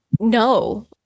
No